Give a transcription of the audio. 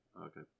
Okay